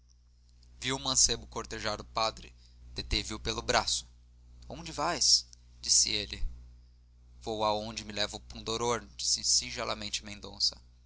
viu o mancebo cortejar o padre deteve o pelo braço onde vais disse ele vou aonde me leva o pundonor disse singelamente mendonça